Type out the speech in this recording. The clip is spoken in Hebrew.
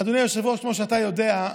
אדוני היושב-ראש, כמו שאתה יודע,